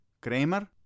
Kramer